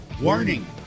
warning